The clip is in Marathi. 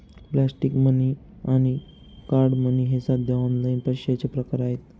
प्लॅस्टिक मनी आणि कार्ड मनी हे सध्या ऑनलाइन पैशाचे प्रकार आहेत